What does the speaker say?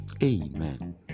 Amen